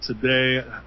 today